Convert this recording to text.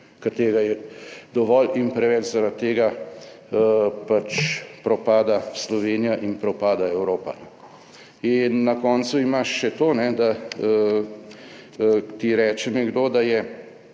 ker tega je dovolj in preveč, zaradi tega pač propada Slovenija in propada Evropa. In na koncu imaš še to, da ti reče nekdo, da je